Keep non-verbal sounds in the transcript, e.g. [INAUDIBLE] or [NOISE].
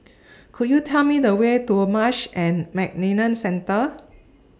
[NOISE] Could YOU Tell Me The Way to A Marsh and McLennan Centre